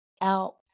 out